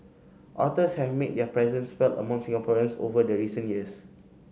otters have made their presence felt among Singaporeans over the recent years